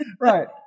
Right